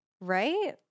right